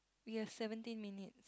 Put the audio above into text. we have seventeen minute